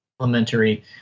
elementary